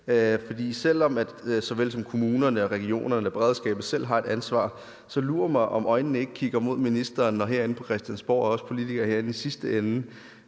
For selv om såvel kommunerne som regionerne eller beredskabet selv har et ansvar, så lur mig, om øjnene ikke kigger mod ministeren og os politikere herinde på Christiansborg i den sidste ende.